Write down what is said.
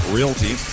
Realty